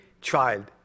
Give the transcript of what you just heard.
child